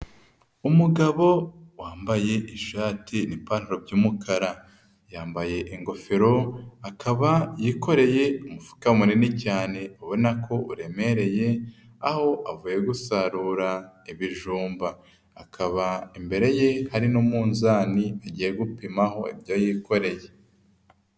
Umugabo wambaye ishati n'ipantaro by'umukara, yambaye ingofero akaba yikoreye umufuka munini cyane ubona ko uremereye aho avuye gusarura ibijumba, akaba imbere ye hari n'umunzani agiye gupimaho ibyo yikoreye.